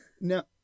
No